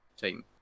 team